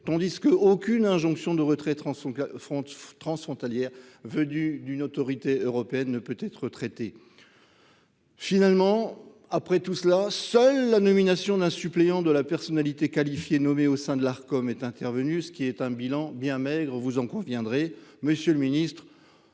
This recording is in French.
ton disque aucune injonction de retrait qui affronte transfrontalière venus d'une autorité européenne ne peut être traité. Finalement, après tout cela. Seule la nomination d'un suppléant de la personnalité qualifiée nommée au sein de l'Arcom est intervenue ce qui est un bilan bien maigre, vous en conviendrez monsieur le Ministre.